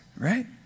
Right